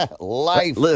life